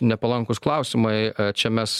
nepalankūs klausimai čia mes